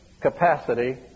capacity